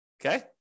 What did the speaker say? Okay